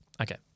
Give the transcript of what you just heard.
Okay